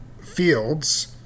Fields